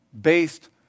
based